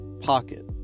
pocket